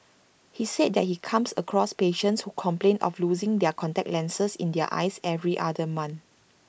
he said that he comes across patients who complain of losing their contact lenses in their eyes every other month